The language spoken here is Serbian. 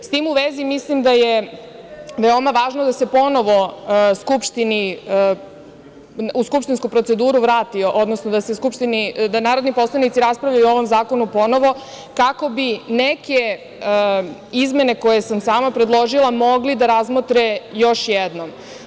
S tim u vezi, mislim da je veoma važno da se ponovo u skupštinsku proceduru vrati, odnosno da narodni poslanici raspravljaju o ovom zakonu ponovo, kako bi neke izmene koje sam sama predložila mogli da razmotre još jednom.